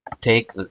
take